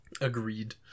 Agreed